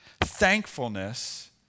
Thankfulness